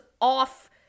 off